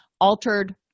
altered